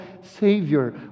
Savior